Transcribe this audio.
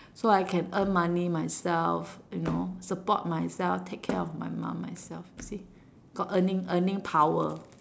so I can earn money myself you know support myself take care of my mom myself see got earning earning power